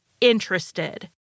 interested